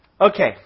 Okay